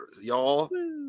y'all